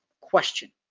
question